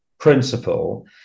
principle